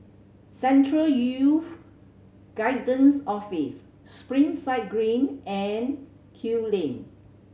Central Youth Guidance Office Springside Green and Kew Lane